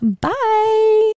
Bye